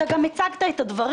אתה גם הצגת את הדברים.